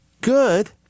good